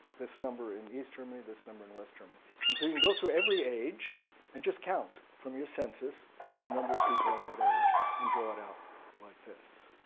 this number in east germany, this number in west germany. um and you can go through every age and just count from your census the number of people at that age and draw it out like this.